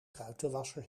ruitenwasser